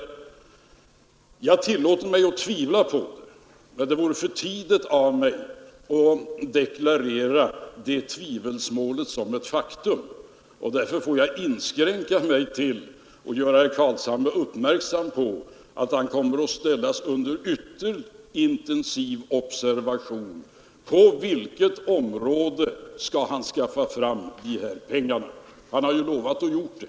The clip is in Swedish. Jag tillåter mig tvivla på herr Carlshamres förmåga att skaffa fram dessa pengar, men det vore för tidigt av mig att deklarera det tvivelsmålet som ett faktum. Därför får jag inskränka mig till att göra herr Carlshamre uppmärksam på att han kommer att ställas under ytterst intensiv observation när det gäller sättet att skaffa fram detta belopp. Han har ju lovat att göra det.